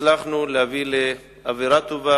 הצלחנו להביא לאווירה טובה.